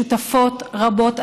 שותפות רבות,